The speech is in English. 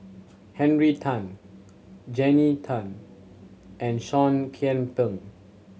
Henry Tan Jannie Tay and Seah Kian Peng